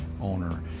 owner